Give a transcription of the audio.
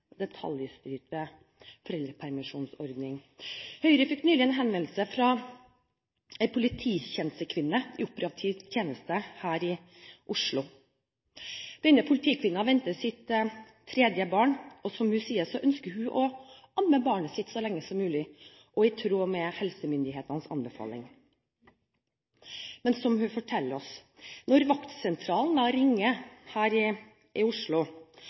detaljstyrte foreldrepermisjonsordning. Høyre fikk nylig en henvendelse fra en polititjenestekvinne i operativ tjeneste her i Oslo. Denne politikvinnen ventet sitt tredje barn. Som hun sier, ønsker hun å amme barnet sitt så lenge som mulig, og i tråd med helsemyndighetenes anbefaling. Men som hun forteller oss: Når vaktsentralen ringer her i Oslo